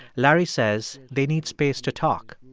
larry says they need space to talk,